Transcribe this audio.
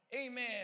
Amen